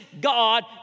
God